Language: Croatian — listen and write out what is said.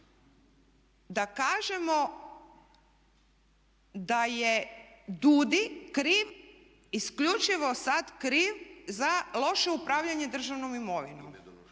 da kažemo da je DUUDI kriv, isključivo sad kriv, za loše upravljanje državnom imovinom